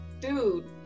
dude